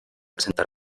presentar